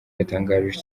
yatangarije